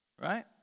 Right